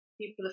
people